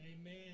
Amen